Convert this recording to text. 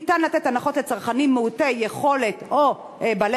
ניתן לתת הנחות לצרכנים מעוטי יכולת או בעלי